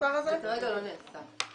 זה כרגע לא נאסף.